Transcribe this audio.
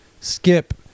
skip